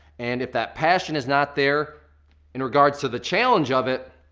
and if that passion is not there in regards to the challenge of it,